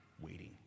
waiting